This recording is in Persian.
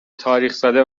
تاریخزده